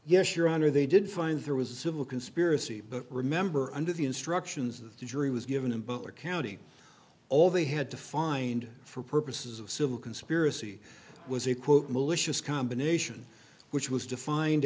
yes your honor they did find there was a civil conspiracy but remember under the instructions that the jury was given in butler county all they had to find for purposes of civil conspiracy was a quote malicious combination which was defined